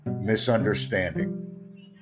misunderstanding